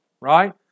right